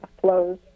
flows